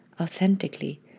authentically